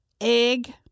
Egg